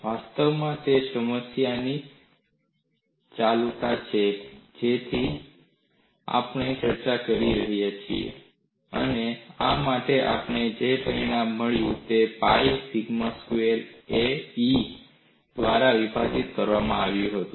વાસ્તવમાં આ તે સમસ્યાની ચાલુતા છે જેની આપણે ચર્ચા કરી હતી અને આ માટે આપણને જે પરિણામ મળ્યું છે તે Pi pi sigma square a ને E દ્વારા વિભાજીત કરવામાં આવ્યું હતું